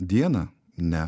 dieną ne